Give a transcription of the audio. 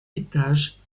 étages